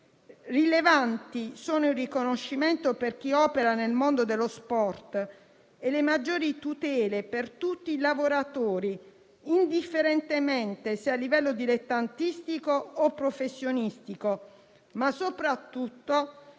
Rilevanti sono il riconoscimento per chi opera nel mondo dello sport e le maggiori tutele per tutti i lavoratori, indifferentemente se a livello dilettantistico o professionistico, ma soprattutto